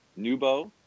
Nubo